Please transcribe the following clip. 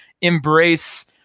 embrace